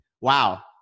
Wow